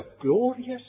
glorious